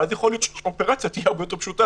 אבל אז אולי האופרציה תהיה יותר פשוטה